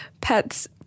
pets